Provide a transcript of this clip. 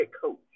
coach